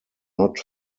not